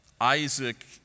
Isaac